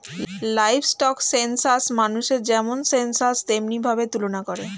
livestock census মানুষের যেমন census তেমনি ভাবে তুলনা করে